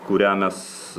kurią mes